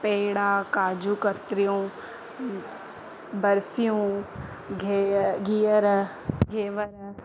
पेड़ा काजू कतरियूं बर्फियूं घेअ घीअर घेवर